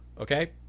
Okay